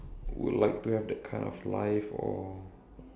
would like to have that kind of life or